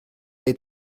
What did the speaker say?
est